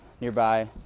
nearby